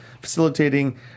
facilitating